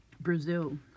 Brazil